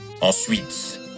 Ensuite